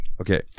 Okay